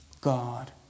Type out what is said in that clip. God